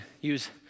use